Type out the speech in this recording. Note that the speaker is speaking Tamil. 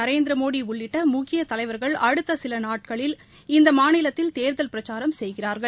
நரேந்திரமோடி உள்ளிட்ட முக்கிய தலைவர்கள் அடுத்த சில நாட்கள் இந்த மாநிலத்தில் தேர்தல் பிரச்சாரம் செய்கிறார்கள்